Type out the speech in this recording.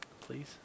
Please